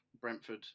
Brentford